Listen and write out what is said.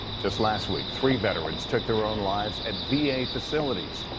just last week three veterans took their own lives at v a. facilities.